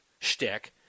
shtick